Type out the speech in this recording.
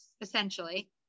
essentially